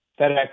FedEx